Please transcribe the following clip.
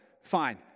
fine